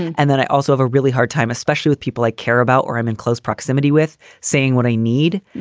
and then i also have a really hard time, especially with people i care about, where i'm in close proximity with saying what i need.